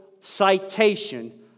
citation